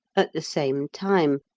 at the same time,